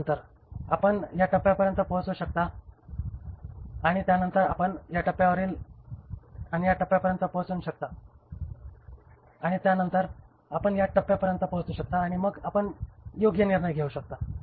त्यानंतर आपण या टप्प्यापर्यंत पोहोचू शकता आणि त्यानंतर आपण या टप्प्यापर्यंत पोहोचू शकता आणि त्यानंतर आपण या टप्प्यापर्यंत पोहोचू शकता आणि मग आपण योग्य निर्णय घेऊ शकतो